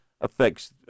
Affects